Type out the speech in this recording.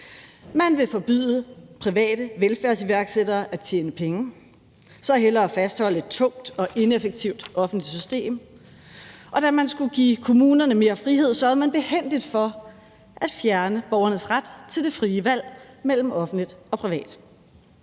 man vil forbyde private velfærdsiværksættere at tjene penge, så hellere fastholde et tungt og ineffektivt offentligt system; og da man skulle give kommunerne mere frihed, sørgede man behændigt for at fjerne borgernes ret til det frie valg mellem offentligt og privat.